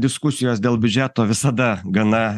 diskusijos dėl biudžeto visada gana